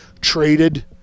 traded